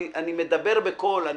אני מדבר בקול,